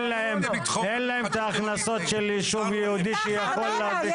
אין להם את ההכנסות של ישוב יהודי שיכול להביא